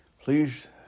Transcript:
Please